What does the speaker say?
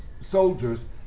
soldiers